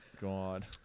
God